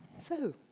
so,